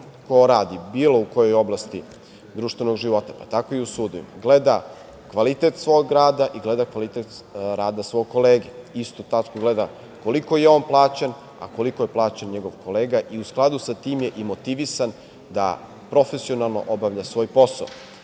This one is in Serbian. ko radi u bilo kojoj oblasti društvenog života, pa tako i u sudovima, gleda kvalitet svog rada i gleda kvalitet rada svog kolege, isto tako gleda koliko je on plaćen, a koliko je plaćen njegov kolega i u skladu sa tim je i motivisan da profesionalno obavlja svoj posao. Ovo